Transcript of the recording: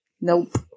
Nope